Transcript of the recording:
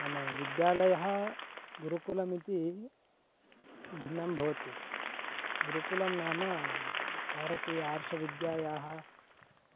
नाम विद्यालयः गुरुकुलमिति भिन्नं भवति गुरुकुलं नाम भारतीय आर्षविद्यायाः